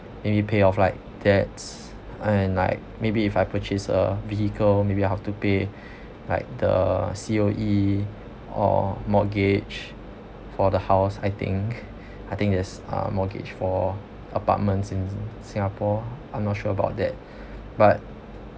maybe pay off like debts and like maybe if I purchase a vehicle maybe I have to pay like the C_O_E or mortgage for the house I think I think there's a mortgage for apartments in singapore i'm not sure about that but